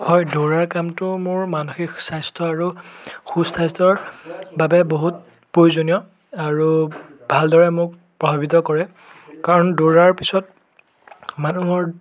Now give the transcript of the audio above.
হয় দৌৰাৰ কামটো মোৰ মানসিক স্বাস্থ্যৰ আৰু সুস্বাস্থ্যৰ বাবে বহুত প্ৰয়োজনীয় আৰু ভালদৰে মোক প্ৰভাৱিত কৰে কাৰণ দৌৰাৰ পিছত মানুহৰ